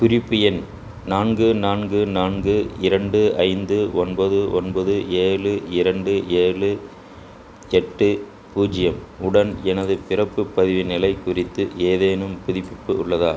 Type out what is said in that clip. குறிப்பு எண் நான்கு நான்கு நான்கு இரண்டு ஐந்து ஒன்பது ஒன்பது ஏழு இரண்டு ஏழு எட்டு பூஜ்ஜியம் உடன் எனது பிறப்பு பதிவின் நிலை குறித்து ஏதேனும் புதுப்பிப்பு உள்ளதா